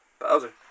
Bowser